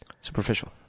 superficial